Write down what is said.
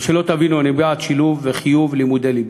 ושלא תבינו, אני בעד שילוב וחיוב לימודי ליבה.